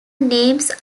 names